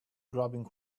grabbing